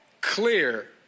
clear